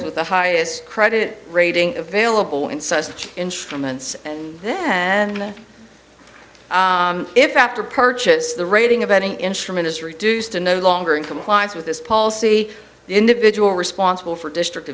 the with the highest credit rating available in such instruments and then if after purchase the rating of any instrument is reduced and no longer in compliance with this policy the individual responsible for district